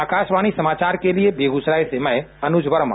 आकाशवाणी समाचार के लिए बेगूसराय से मैं अनुज वर्मा